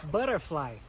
Butterfly